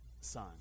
son